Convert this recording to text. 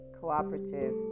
cooperative